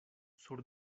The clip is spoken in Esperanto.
sur